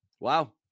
Wow